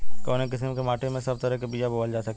कवने किसीम के माटी में सब तरह के बिया बोवल जा सकेला?